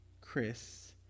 Chris